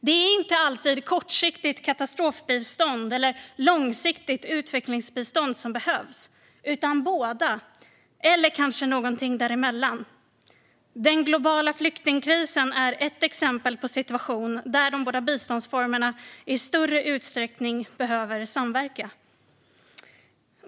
Det är inte alltid kortsiktigt katastrofbistånd eller långsiktigt utvecklingsbistånd som behövs utan båda eller kanske någonting däremellan. Den globala flyktingkrisen är ett exempel på en situation där de båda biståndsformerna i större utsträckning behöver samverka.